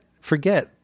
forget